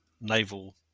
naval